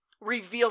reveals